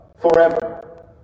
forever